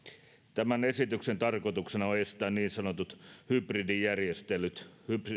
tämän esityksen tarkoituksena on estää niin sanotut hybridijärjestelyt